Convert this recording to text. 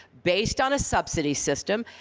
based on a subsidy system.